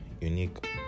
unique